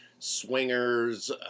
swingers